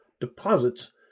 deposits